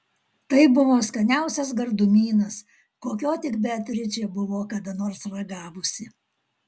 tai buvo skaniausias gardumynas kokio tik beatričė buvo kada nors ragavusi